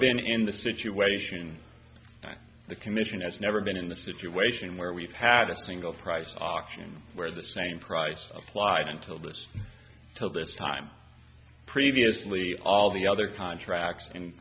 been in the situation that the commission has never been in the situation where we've had a single price auction where the same price applied until this till this time previously all the other contracts